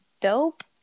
dope